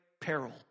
peril